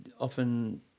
often